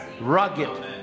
rugged